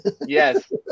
Yes